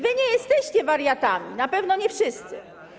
Wy nie jesteście wariatami, na pewno nie wszyscy.